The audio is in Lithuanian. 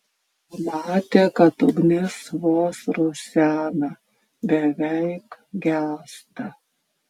pamatė kad ugnis vos rusena beveik gęsta